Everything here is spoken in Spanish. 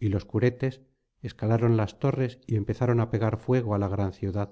y los curetes escalaron las torres y empezaron á pegar fuego á la gran ciudad